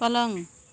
पलंग